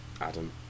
Adam